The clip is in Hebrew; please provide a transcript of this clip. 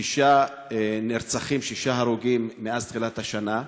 שישה נרצחים, שישה הרוגים מאז תחילת השנה.